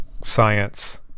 science